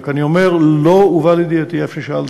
רק אני אומר, לא הובא לידיעתי, אף ששאלתי,